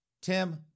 Tim